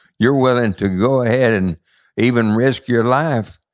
you're willing to go ahead, and even risk your life,